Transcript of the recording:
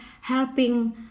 helping